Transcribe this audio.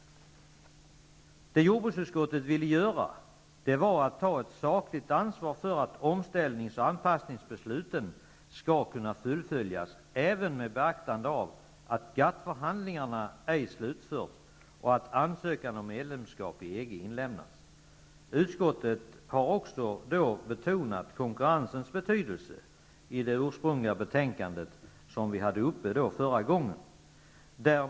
Det jordbruksutskottet ville göra var att ta ett sakligt ansvar för att omställnings och anpassningsbesluten skall kunna fullföljas även med beaktande av att GATT-förhandlingarna ej har slutförts och att ansökan om medlemskap i EG Utskottet har också betonat konkurrensens betydelse i det ursprungliga betänkandet som vi hade uppe förra gången.